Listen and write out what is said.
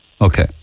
okay